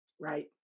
Right